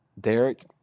Derek